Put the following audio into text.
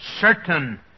certain